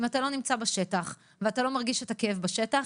אם אתה לא נמצא בשטח ואתה לא מרגיש את הכאב בשטח,